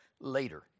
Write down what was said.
later